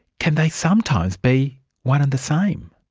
can they sometimes be one and the same'?